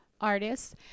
artists